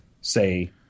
say